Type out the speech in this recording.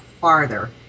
farther